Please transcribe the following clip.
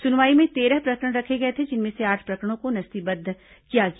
सुनवाई में तेरह प्रकरण रखे गए थे जिनमें से आठ प्रकरणों को नस्तीबद्ध किया गया